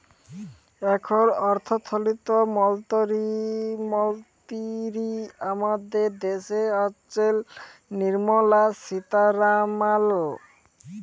এখল অথ্থলিতি মলতিরি আমাদের দ্যাশের হচ্ছেল লির্মলা সীতারামাল